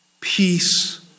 peace